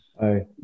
Hi